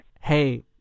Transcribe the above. hey